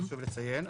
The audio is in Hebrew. חשוב לציין,